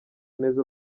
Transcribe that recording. neza